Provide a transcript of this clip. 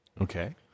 Okay